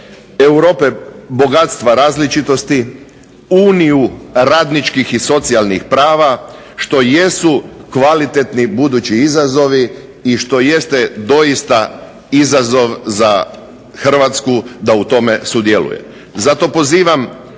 Europe bogatstva različitosti, Uniju radničkih i socijalnih prava, što jesu kvalitetni budući izazovi i što jeste doista izazov za Hrvatsku da u tome sudjeluje. Zato pozivam